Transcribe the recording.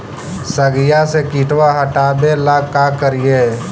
सगिया से किटवा हाटाबेला का कारिये?